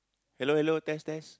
hello hello test test